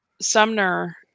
Sumner